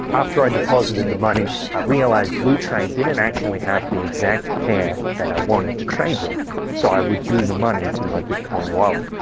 after i deposited the money i realized bleutrade didn't actually have the exact pair that i wanted to trade with so i withdrew the money to my bitcoin wallet.